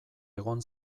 egon